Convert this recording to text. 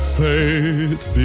faith